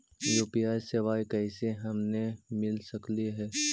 UPI सेवाएं कैसे हमें मिल सकले से?